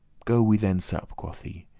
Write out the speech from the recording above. go we then sup, quoth he,